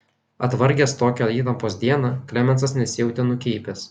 atvargęs tokios įtampos dieną klemensas nesijautė nukeipęs